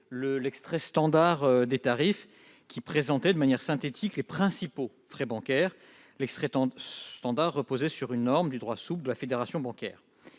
l'extrait standard des tarifs qui présentait de manière synthétique les principaux frais bancaires pratiqués. Cet extrait standard reposait sur une norme de droit souple adoptée par la Fédération bancaire